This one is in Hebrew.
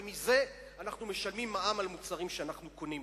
ומזה אנו משלמים מע"מ על מוצרים שאנו קונים.